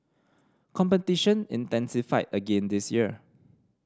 competition intensified again this year